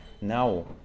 now